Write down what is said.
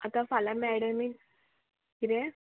आतां फाल्यां मेडमी किदें